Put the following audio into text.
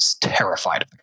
terrified